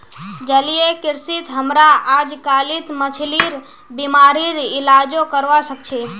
जलीय कृषित हमरा अजकालित मछलिर बीमारिर इलाजो करवा सख छि